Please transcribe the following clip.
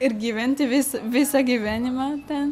ir gyventi vis visą gyvenimą ten